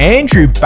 Andrew